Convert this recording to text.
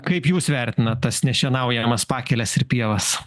kaip jūs vertinate tas nešienaujamas pakeles ir pievas